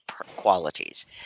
qualities